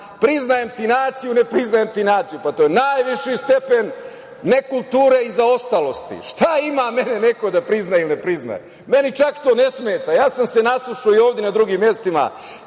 Priznajem ti naciju, ne priznajem ti naciju. Pa, to je najviši stepen nekulture i zaostalosti. Šta ima mene neko da prizna ili ne prizna? Meni čak to ne smeta. Ja sam se naslušao i ovde i na drugim mestima